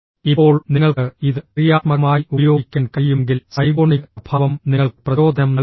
ഇപ്പോൾ നിങ്ങൾക്ക് ഇത് ക്രിയാത്മകമായി ഉപയോഗിക്കാൻ കഴിയുമെങ്കിൽ സൈഗോണിക് പ്രഭാവം നിങ്ങൾക്ക് പ്രചോദനം നൽകും